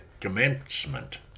commencement